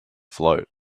float